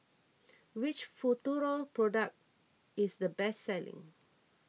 which Futuro product is the best selling